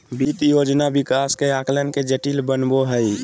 वित्त योजना विकास के आकलन के जटिल बनबो हइ